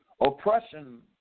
oppression